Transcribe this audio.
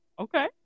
okay